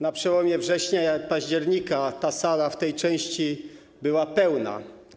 Na przełomie września i października ta sala w tej części była pełna.